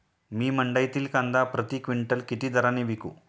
मी मंडईतील कांदा प्रति क्विंटल किती दराने विकू?